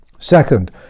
Second